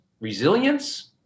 resilience